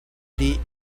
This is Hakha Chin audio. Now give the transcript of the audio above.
dih